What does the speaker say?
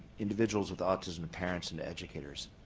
individuals with autism and parents and educators.